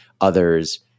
others